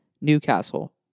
Newcastle